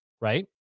Right